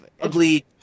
ugly